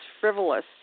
frivolous